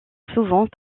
souvent